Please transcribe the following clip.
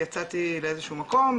יצאתי לאיזשהו מקום,